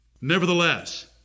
Nevertheless